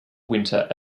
winter